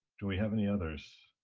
do we have any others?